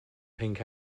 pink